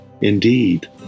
indeed